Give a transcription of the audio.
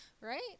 Right